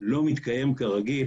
לא מתקיים כרגיל